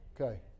Okay